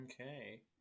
Okay